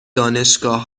دانشگاه